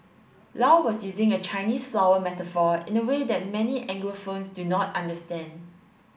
Low was using a Chinese flower metaphor in a way that many of Anglophones do not understand